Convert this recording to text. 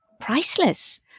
priceless